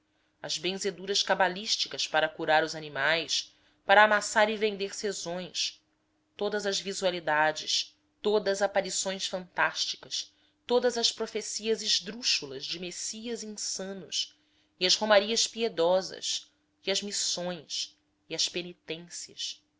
as benzeduras cabalísticas para curar os animais para amarrar e vender sezões todas as visualidades todas as aparições fantásticas todas as profecias esdrúxulas de messias insanos e as romarias piedosas e as missões e as penitências